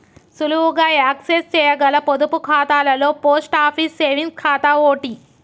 సులువుగా యాక్సెస్ చేయగల పొదుపు ఖాతాలలో పోస్ట్ ఆఫీస్ సేవింగ్స్ ఖాతా ఓటి